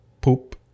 Poop